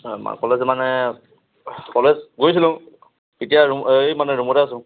কলেজত মানে কলেজ গৈছিলোঁ এতিয়া এই মানে ৰুমতে আছোঁ